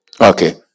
Okay